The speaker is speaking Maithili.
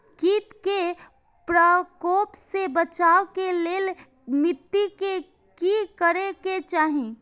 किट के प्रकोप से बचाव के लेल मिटी के कि करे के चाही?